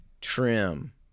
trim